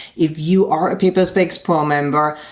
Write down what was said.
if you are a paperspecs pro member,